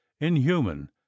inhuman